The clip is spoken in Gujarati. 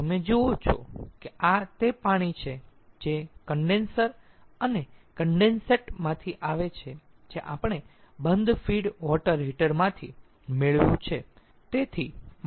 તેથી તમે જુઓ છો કે આ તે પાણી છે જે કન્ડેન્સર અને કન્ડેન્સેટ માંથી આવે છે જે આપણે બંધ ફીડ વોટર હીટર માંથી મેળવ્યું છે